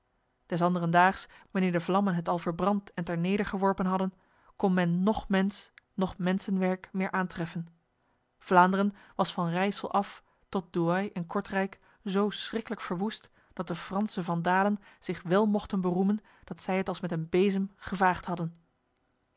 des anderendaags wanneer de vlammen het al verbrand en ter neder geworpen hadden kon men noch mens noch mensenwerk meer aantreffen vlaanderen was van rijsel af tot douai en kortrijk zo schriklijk verwoest dat de franse vandalen zich wel mochten beroemen dat zij het als met een bezem gevaagd hadden